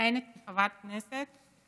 מכהנת כחברת כנסת,